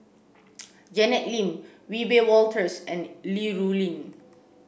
Janet Lim Wiebe Wolters and Li Rulin